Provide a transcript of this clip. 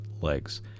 legs